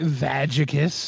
vagicus